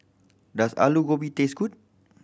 does Alu Gobi taste good